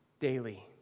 daily